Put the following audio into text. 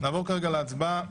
נעבור להצבעה.